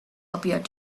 appeared